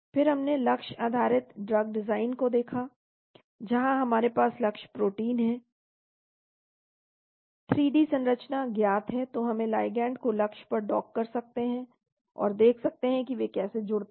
फिर हमने लक्ष्य आधारित ड्रग डिज़ाइन को देखा जहां हमारे पास लक्ष्य प्रोटीन है 3 डी संरचना ज्ञात है तो हम लिगैंड को लक्ष्य पर डॉक कर सकते हैं और देख सकते हैं कि वे कैसे जुड़ते हैं